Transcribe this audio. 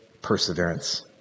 perseverance